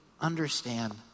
understand